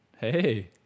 Hey